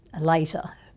later